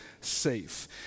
safe